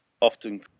often